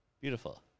Beautiful